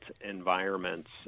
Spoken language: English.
environments